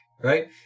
right